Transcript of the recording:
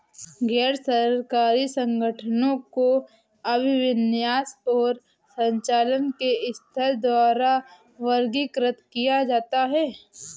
गैर सरकारी संगठनों को अभिविन्यास और संचालन के स्तर द्वारा वर्गीकृत किया जाता है